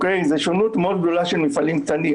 זו שונות מאוד גדולה של מפעלים קטנים.